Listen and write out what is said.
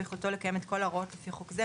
ביכולתו לקיים את כל ההוראות לפי חוק זה,